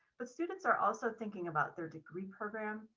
but students are also thinking about their degree program,